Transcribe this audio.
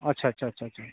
আচ্ছা আচ্ছা আচ্ছা আচ্ছা